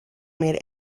made